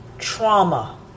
trauma